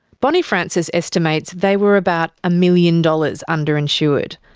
bonny francis estimates they were about a million dollars underinsured.